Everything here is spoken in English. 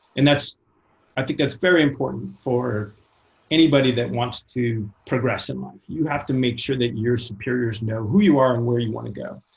and i think that's very important for anybody that wants to progress in life. you have to make sure that your superiors know who you are and where you want to go.